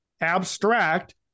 abstract